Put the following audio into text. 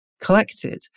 collected